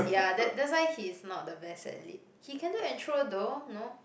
ya that that's why he's not the best at lit he can do intro though no